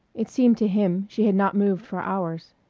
it seemed to him she had not moved for hours.